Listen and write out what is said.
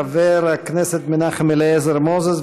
חבר הכנסת מנחם אליעזר מוזס,